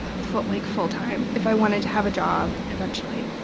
full like full time if i wanted to have a job eventually.